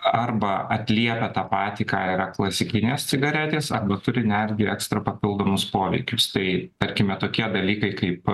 arba atlieka tą patį ką yra klasikinės cigaretės arba turi netgi ekstra papildomus poreikius tai tarkime tokie dalykai kaip